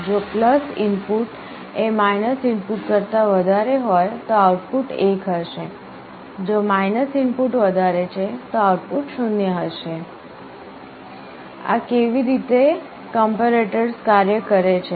જો ઇનપુટ એ ઇનપુટ કરતા વધારે હોય તો આઉટપુટ 1 થશે જો ઇનપુટ વધારે છે તો આઉટપુટ 0 હશે આ કેવી રીતે કંપેરેટર્સ કાર્ય કરે છે